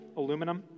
aluminum